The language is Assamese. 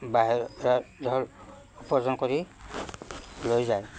বাহিৰৰ ধন উপাৰ্জন কৰি লৈ যায়